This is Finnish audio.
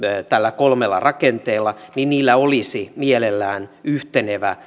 tällä kolmella rakenteella niillä olisi mielellään yhtenevä